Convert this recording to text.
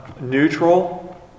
neutral